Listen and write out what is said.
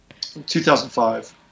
2005